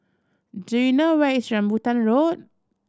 do you know where is Rambutan Road